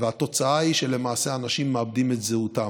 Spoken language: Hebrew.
והתוצאה היא שלמעשה אנשים מאבדים את זהותם.